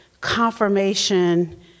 confirmation